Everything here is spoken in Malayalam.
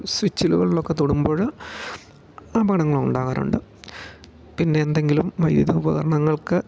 സ്വിച്ചുകളിലൊക്കെ തൊടുമ്പോൾ അപകടങ്ങൾ ഉണ്ടാകാറുണ്ട് പിന്നെ എന്തെങ്കിലും വൈദ്യുതി ഉപകരണങ്ങൾക്ക്